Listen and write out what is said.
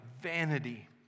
vanity